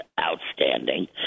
outstanding